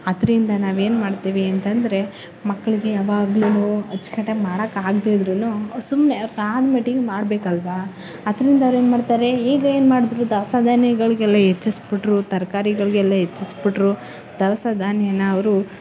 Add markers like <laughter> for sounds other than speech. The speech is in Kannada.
ಅದರಿಂದ ನಾವೇನು ಮಾಡ್ತೀವಿ ಅಂತ ಅಂದ್ರೆ ಮಕ್ಕಳಿಗೆ ಯಾವಾಗಲೂ ಅಚ್ಚು ಕಟ್ಟಾಗಿ ಮಾಡೋಕ್ಕಾಗ್ದೆ ಇದ್ದರೂನು ಸುಮ್ಮನೆ ಅವ್ರು <unintelligible> ಮೀಟಿಂಗ್ ಮಾಡ್ಬೇಕಲ್ವ ಅದರಿಂದ ಅವ್ರೇನು ಮಾಡ್ತಾರೆ ಈಗೇನು ಮಾಡಿದ್ರೂ ದವಸ ಧಾನ್ಯಗಳಿಗೆಲ್ಲ ಹೆಚ್ಚಿಸ್ಬಿಟ್ರು ತರಕಾರಿಗಳ್ಗೆಲ್ಲ ಹೆಚ್ಚಿಸ್ಬಿಟ್ರು ದವಸ ಧಾನ್ಯನ ಅವರು